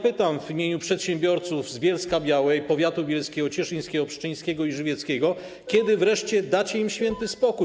Pytam w imieniu przedsiębiorców z Bielska-Białej, powiatu bielskiego, cieszyńskiego, pszczyńskiego i żywieckiego, kiedy wreszcie dacie im święty spokój.